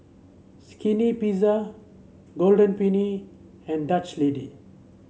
Skinny Pizza Golden Peony and Dutch Lady